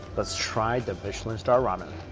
let's try the michelin star ramen.